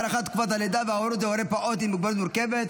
הארכת תקופת הלידה וההורות להורה פעוט עם מוגבלות מורכבת),